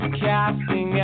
Casting